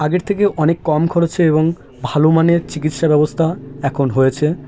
আগের থেকে অনেক কম খরচে এবং ভালো মানের চিকিৎসা ব্যবস্থা এখন হয়েছে